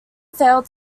failed